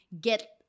get